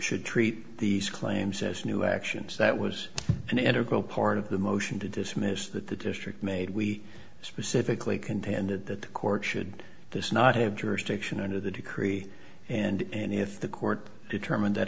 should treat these claims as new actions that was an integral part of the motion to dismiss that the district made we specifically contended that the court should this not have jurisdiction under the decree and if the court determined that